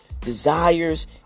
desires